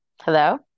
hello